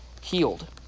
healed